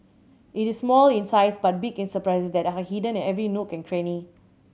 it is small in size but big in surprises that are hidden in every nook and cranny